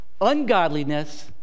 ungodliness